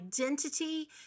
identity